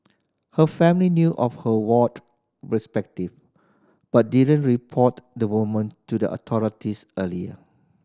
her family knew of her warped perspective but didn't report the woman to the authorities earlier